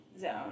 zone